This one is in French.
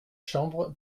chambre